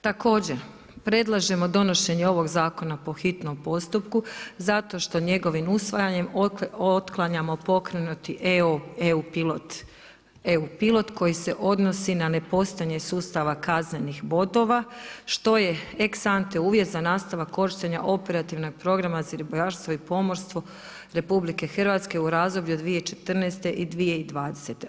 Također predlažemo donošenje ovog zakona po hitnom postupku zato što njegovim usvajanjem otklanjamo pokrenuti EU pilot koji se odnosi na nepostojanje sustava kaznenih bodova, što je ex ante uvjet za nastavak korištenja operativnog programa za ribarstvo i pomorstvo RH u razdoblju 2014.-2020.